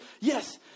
yes